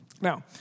Now